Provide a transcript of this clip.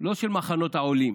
לא של מחנות העולים.